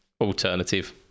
alternative